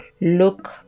look